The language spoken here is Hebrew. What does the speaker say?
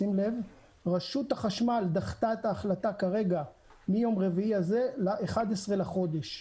רשות החשמל דחתה את ההחלטה כרגע מיום רביעי הזה לתאריך 11 בחודש.